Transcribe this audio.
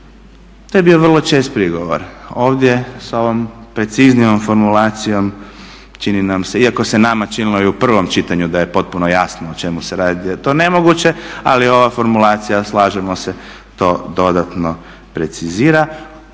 To je bio vrlo čest prigovor. Ovdje s ovom preciznijom formulacijom čini nam se, iako se nama činilo i u prvom čitanju da je potpuno jasno o čemu se radi, da je to nemoguće, ali ova formulacija slažemo se to dodatno precizira.